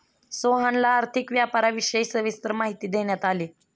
सोहनला आर्थिक व्यापाराविषयी सविस्तर माहिती देण्यात आली